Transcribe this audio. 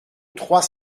trois